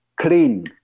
clean